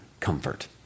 comfort